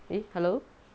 eh hello